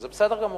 וזה בסדר גמור.